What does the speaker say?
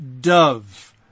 Dove